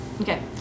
Okay